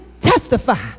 testify